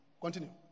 Continue